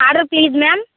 order please ma'am